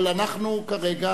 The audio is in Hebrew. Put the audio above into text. אבל אנחנו כרגע